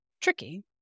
tricky